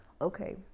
Okay